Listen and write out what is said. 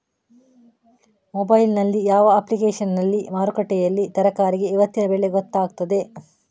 Mobile ನಲ್ಲಿ ಯಾವ ಅಪ್ಲಿಕೇಶನ್ನಲ್ಲಿ ಮಾರುಕಟ್ಟೆಯಲ್ಲಿ ತರಕಾರಿಗೆ ಇವತ್ತಿನ ಬೆಲೆ ಗೊತ್ತಾಗುತ್ತದೆ?